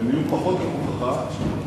שיהיו פחות לרוחך,